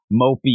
Mopey